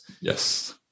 Yes